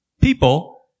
people